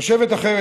תושבת אחרת,